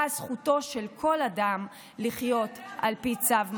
ובה זכותו של כל אדם לחיות על פי צו מצפונו.